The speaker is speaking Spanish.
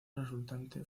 resultante